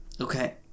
okay